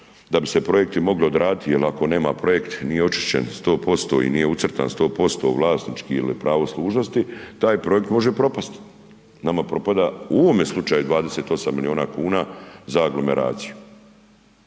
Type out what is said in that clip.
da bi se projekti mogli odraditi jer ako nema projekt nije očišćen 100% i nije ucrtan 100% u vlasnički ili pravo služnosti taj projekt može propasti. Nama propada u ovome slučaju 28 miliona kuna za aglomeraciju.